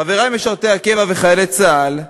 חברי משרתי הקבע וחיילי צה"ל,